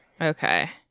okay